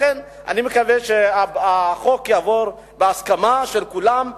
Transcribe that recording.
לכן אני מקווה שהחוק יעבור בהסכמה של כולם.